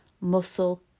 muscle